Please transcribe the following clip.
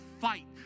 fight